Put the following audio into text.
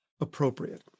appropriate